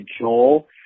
Joel